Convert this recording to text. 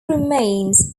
remains